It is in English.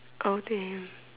oh damn